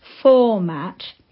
format